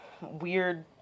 weird